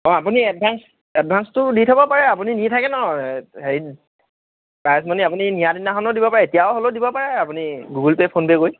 অঁ আপুনি এডভান্স এডভানঞ্চটো দি থ'ব পাৰে আপুনি নি থাকে ন হেৰিত প্ৰাইজমণি আপুনি নিয়াৰ দিনাখনো দিব পাৰে এতিয়াও হ'লেও দিব পাৰে আপুনি গুগল পে' ফোন পে' কৰি